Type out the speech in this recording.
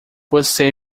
você